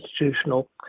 institutional